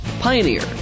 Pioneer